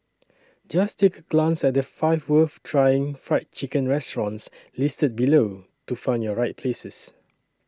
just take a glance at the five worth trying Fried Chicken restaurants listed below to find your right places